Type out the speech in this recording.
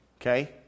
okay